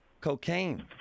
cocaine